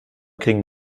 kriegen